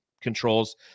controls